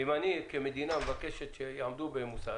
אם אני כמדינה מבקשת שיעמדו במוסר,